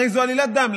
הרי זאת עלילת דם.